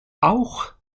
auch